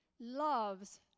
loves